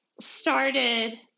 started